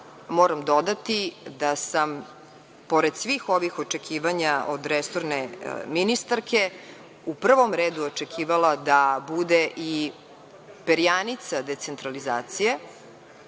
moram dodati da sam pored svih ovih očekivanja od resorne ministarke u prvom redu očekivala da bude i perjanica decentralizacije,